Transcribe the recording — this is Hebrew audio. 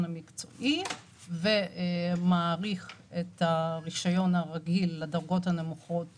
המקצועי ומאריך את הרישיון הרגיל לדרגות הנמוכות